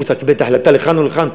הוא צריך לקבל את ההחלטה לכאן או לכאן,